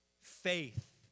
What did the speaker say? Faith